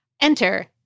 Enter